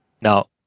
Now